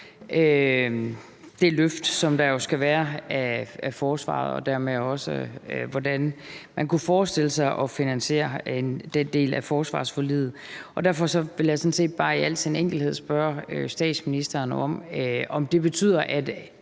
det løft, som der skal være af forsvaret, og dermed også, hvordan man kunne forestille sig at finansiere den del af forsvarsforliget. Derfor vil jeg sådan set bare i al sin enkelhed spørge statsministeren, om det betyder,